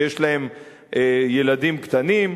שיש להם ילדים קטנים,